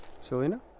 Selena